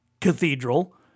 cathedral